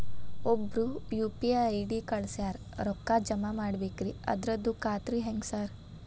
ಒಬ್ರು UPI ID ಕಳ್ಸ್ಯಾರ ರೊಕ್ಕಾ ಜಮಾ ಮಾಡ್ಬೇಕ್ರಿ ಅದ್ರದು ಖಾತ್ರಿ ಹೆಂಗ್ರಿ ಸಾರ್?